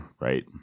right